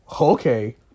okay